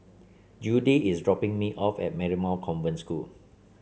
Judy is dropping me off at Marymount Convent School